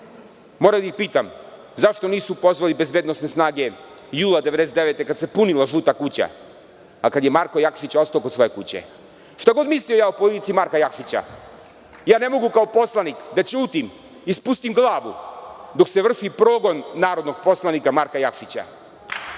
da ih pitam zašto nisu pozvali bezbednosne snage jula 1999. godine kada se punila žuta kuća, a kada je Marko Jakšić ostao kod svoje kuće? Šta god mislio o policiji Marka Jakšića, ne mogu kao poslanik da ćutim i spustim glavu dok se vrši progon narodnog poslanika Marka Jakšić. Ne